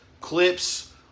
clips